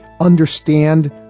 understand